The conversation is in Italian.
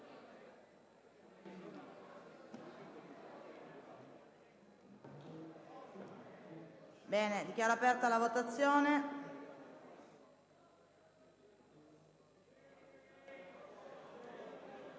Giai. Dichiaro aperta la votazione.